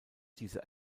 diese